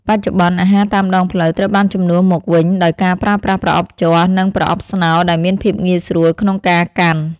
បច្ចុប្បន្ន អាហារតាមដងផ្លូវត្រូវបានជំនួសមកវិញដោយការប្រើប្រាស់ប្រអប់ជ័រ និងប្រអប់ស្នោដែលមានភាពងាយស្រួលក្នុងការកាន់។